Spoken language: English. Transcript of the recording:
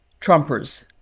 Trumpers